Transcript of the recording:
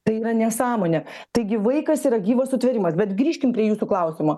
tai yra nesąmonė taigi vaikas yra gyvas sutvėrimas bet grįžkim prie jūsų klausimo